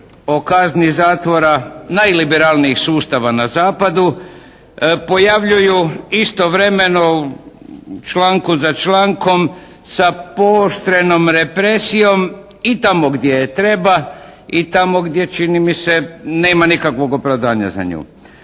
o kazni zatvora najliberalnijih sustava na zapadu pojavljuju istovremeno u članku za člankom sa pooštrenom represijom i tamo gdje treba i tamo gdje čini mi se nema nikakvog opravdanja za nju.